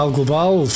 global